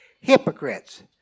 hypocrites